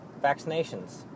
vaccinations